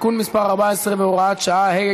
(תיקון מס' 14 והוראת שעה),